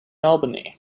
albany